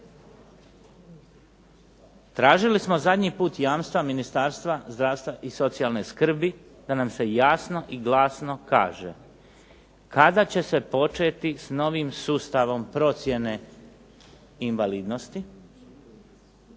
Tražili smo zadnji put jamstva Ministarstva zdravstva i socijalne skrbi da nam se jasno i glasno kaže kada će se početi s novim sustavom procjene invalidnosti,